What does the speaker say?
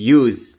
use